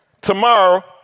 Tomorrow